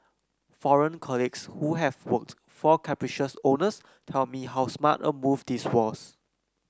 foreign colleagues who have worked for capricious owners tell me how smart a move this was